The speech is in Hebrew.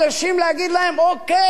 להגיד להם: אוקיי,